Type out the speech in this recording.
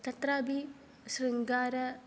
तत्रापि शृङ्गारः